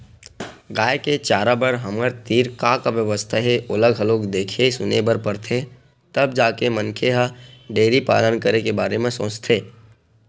गाय के चारा बर हमर तीर का का बेवस्था हे ओला घलोक देखे सुने बर परथे तब जाके मनखे ह डेयरी पालन करे के बारे म सोचथे